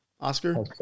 Oscar